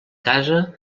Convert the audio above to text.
casa